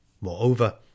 moreover